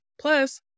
Plus